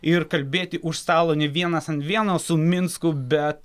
ir kalbėti už stalo ne vienas ant vieno su minsku bet